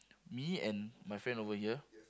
me and my friend over here